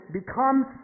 becomes